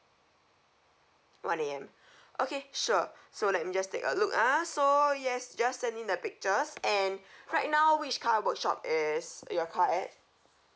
one A_M okay sure so let me just take a look ah so yes just send in the pictures and right now which car workshop is your car at